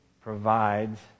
provides